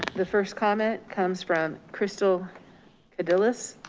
the first comment comes from crystal codilis.